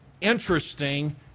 interesting